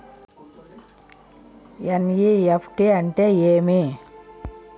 NEFT అంటే ఏమి